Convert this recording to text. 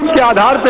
yeah da da